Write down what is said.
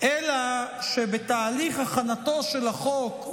אלא שבתהליך הכנתו של החוק,